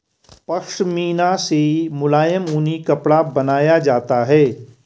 पशमीना से मुलायम ऊनी कपड़ा बनाया जाता है